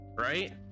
right